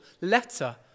letter